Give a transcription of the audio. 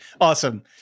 Awesome